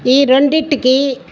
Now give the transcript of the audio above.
ఈ రెండిటికి